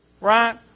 Right